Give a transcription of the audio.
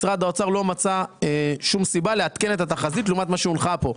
משרד האוצר לא מצא שום סיבה לעדכן את התחזית לעומת מה שהונחה פה.